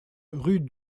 rue